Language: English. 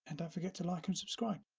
and don't forget to like and subscribe.